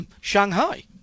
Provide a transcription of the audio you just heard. Shanghai